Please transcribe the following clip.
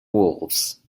wolves